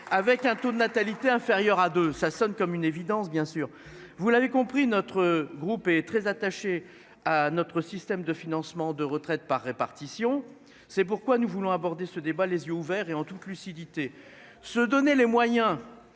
avec un taux de natalité inférieurs à deux ça sonne comme une évidence. Bien sûr vous l'avez compris, notre groupe est très attachés à notre système de financement de retraites par répartition. C'est pourquoi nous voulons aborder ce débat les yeux ouverts et en toute lucidité, se donner les moyens